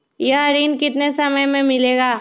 यह ऋण कितने समय मे मिलेगा?